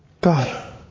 God